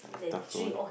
tough on